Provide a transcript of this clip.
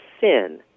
sin